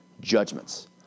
judgments